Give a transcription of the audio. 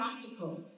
practical